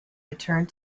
returned